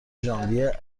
ژانویه